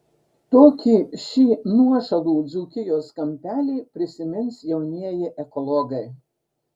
tokį šį nuošalų dzūkijos kampelį prisimins jaunieji ekologai